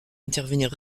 intervenir